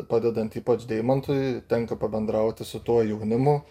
padedant ypač deimantui tenka pabendrauti su tuo jaunimu